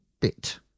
bit